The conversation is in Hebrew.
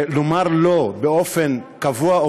שלומר "לא" באופן קבוע או